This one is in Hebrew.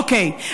אוקיי.